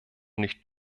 nicht